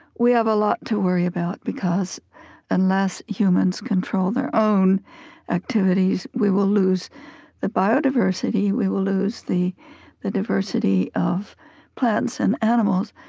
we have a lot to worry about because unless humans control their own activities, we will lose the biodiversity, we will lose the the diversity of plants and animals,